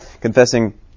confessing